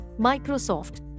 microsoft